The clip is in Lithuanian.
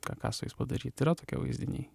ką ką su jais padaryt yra tokie vaizdiniai